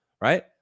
right